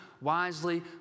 Wisely